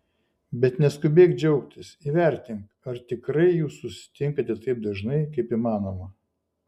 bet neskubėk džiaugtis įvertink ar tikrai jūs susitinkate taip dažnai kaip įmanoma